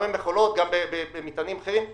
גם במכולות ובמטענים אחרים.